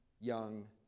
young